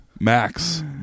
Max